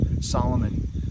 Solomon